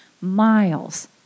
miles